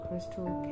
Crystal